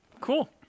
cool